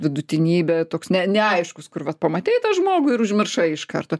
vidutinybė toks ne neaiškus kur vat pamatei tą žmogų ir užmiršai iš karto